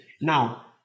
now